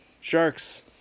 Sharks